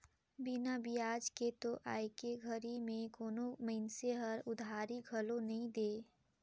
बिना बियाज के तो आयके घरी में कोनो मइनसे हर उधारी घलो नइ दे